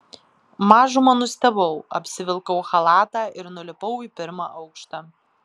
mažumą nustebau apsivilkau chalatą ir nulipau į pirmą aukštą